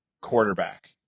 quarterback